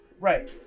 Right